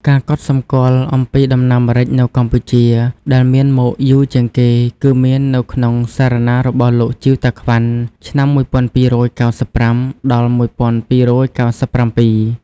ការកត់សម្គាល់ អំពីដំណាំម្រេចនៅកម្ពុជា ដែលមានមកយូរជាងគេ គឺមាននៅក្នុងសារណារបស់លោក ជីវតាក្វាន់ ឆ្នាំ ១២៩៥ ដល់ ១២៩៧។